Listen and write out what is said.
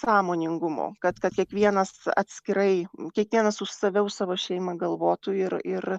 sąmoningumu kad kad kiekvienas atskirai kiekvienas už save už savo šeimą galvotų ir ir